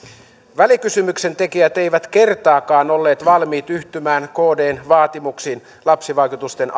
välikysymyksen tekijät eivät kertaakaan olleet valmiit yhtymään kdn vaatimuksiin lapsivaikutusten